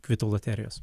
kvitų loterijos